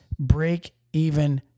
breakeven